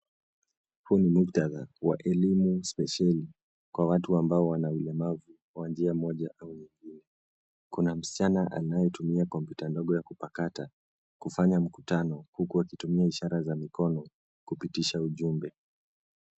Huu ni muktadha wa elimu spesheli kwa watu ambao wana ulemavu wa njia moja au nyingine. Kuna msichana anayetumia kompyuta ndogo ya kupakata kufanya mkutano huku akitumia ishara za mikono kupitisha ujumbe.